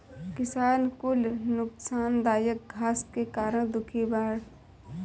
किसान कुल नोकसानदायक घास के कारण दुखी बाड़